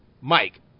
Mike